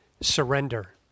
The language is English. surrender